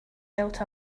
built